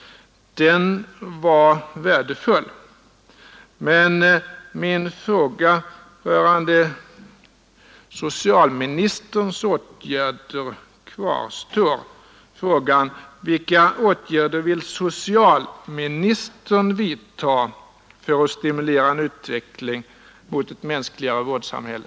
Den redovisningen var värdefull. Men min fråga rörande socialministerns roll kvarstår: Vilka åtgärder vill socialministern vidta för att stimulera en utveckling mot ett mänskligare vårdsam hälle?